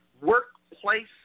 Workplace